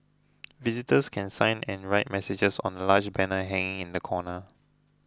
visitors can sign and write messages on a large banner hanging in the corner